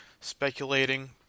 speculating